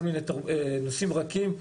כל מיני נושאים רכים,